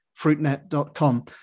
fruitnet.com